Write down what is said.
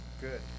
good